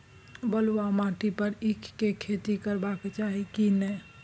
बलुआ माटी पर ईख के खेती करबा चाही की नय?